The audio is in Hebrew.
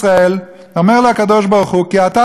אומר לו הקדוש-ברוך-הוא: "כי אתה תנחיל את